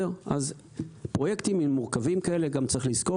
אז בפרויקטים מורכבים כאלה גם צריך לזכור